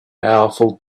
powerful